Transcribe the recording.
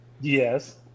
Yes